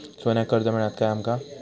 सोन्याक कर्ज मिळात काय आमका?